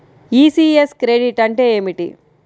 ECS credit అంటే ఏమిటి?